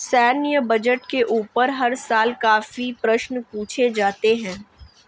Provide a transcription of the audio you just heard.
सैन्य बजट के ऊपर हर साल काफी प्रश्न पूछे जाते हैं